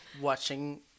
Watching